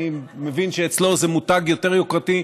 אני מבין שאצלו זה מותג יותר יוקרתי,